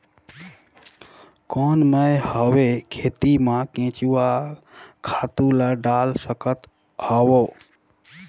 कौन मैं हवे खेती मा केचुआ खातु ला डाल सकत हवो?